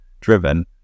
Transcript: driven